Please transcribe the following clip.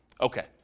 Okay